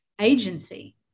agency